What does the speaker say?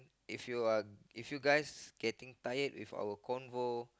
if your are if you guys getting tired with our convo